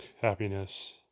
happiness